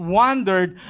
wondered